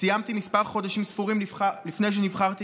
סיימתי חודשים ספורים לפני שנבחרתי